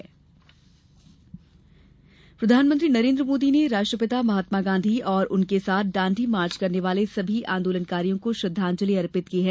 प्रधानमंत्री प्रधानमंत्री नरेन्द्र मोदी ने राष्ट्रपिता महात्मा गांधी और उनके साथ दांडी मार्च करने वाले सभी आंदोलन कारियों को श्रद्धांजलि अर्पित की है